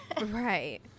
Right